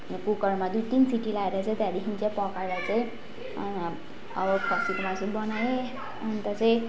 कुकरमा दुई तिन सिटी लाएर चाहिँ त्यहाँदेखि चाहिँ पकाएर चाहिँ अब खसीको मासु बनाएँ अन्त चाहिँ